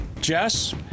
Jess